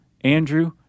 Andrew